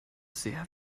sehr